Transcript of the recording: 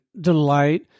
delight